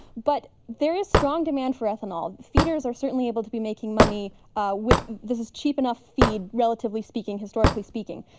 but there is strong demand for ethanol. feeders are certainly able to be making money with this is cheap enough feed relatively speaking, historically speaking.